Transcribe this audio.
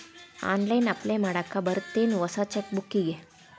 online apply ಮಾಡಾಕ್ ಬರತ್ತೇನ್ ಹೊಸ ಚೆಕ್ ಬುಕ್ಕಿಗಿ